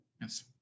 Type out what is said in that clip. Yes